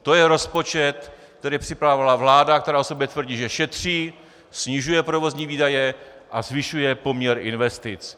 To je rozpočet, který připravovala vláda, která o sobě tvrdí, že šetří, snižuje provozní výdaje a zvyšuje poměr investic.